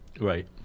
right